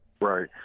right